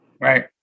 right